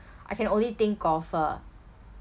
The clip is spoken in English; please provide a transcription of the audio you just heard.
I can only think of uh